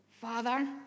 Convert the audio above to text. father